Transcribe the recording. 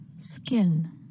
Skin